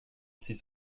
six